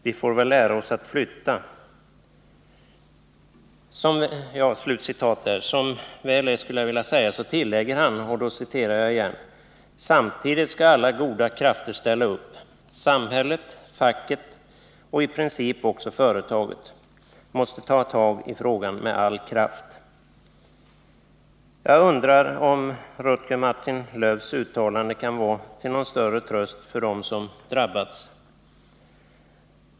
Vi får väl lära oss att flytta.” Enligt tidningen tillägger han — som väl är, skulle jag vilja säga: ”Samtidigt ska alla goda krafter ställa upp: Samhället, facket, och i princip också företaget måste ta tag i frågan med all kraft.” Jag undrar om Rutger Martin-Löfs uttalande kan vara till någon större tröst för dem som drabbats.